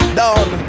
down